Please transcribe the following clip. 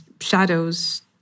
shadows